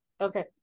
okay